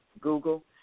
Google